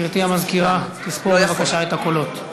גברתי המזכירה, ספרי בבקשה את הקולות.